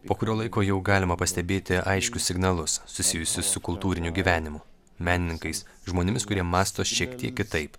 po kurio laiko jau galima pastebėti aiškius signalus susijusius su kultūriniu gyvenimu menininkais žmonėmis kurie mąsto šiek tiek kitaip